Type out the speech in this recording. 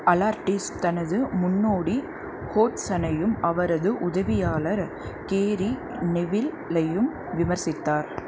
அலார்டிஸ் தனது முன்னோடி ஹோட்சனையும் அவரது உதவியாளர் கேரி நெவில்லையும் விமர்சித்தார்